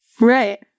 Right